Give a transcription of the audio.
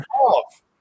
off